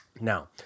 Now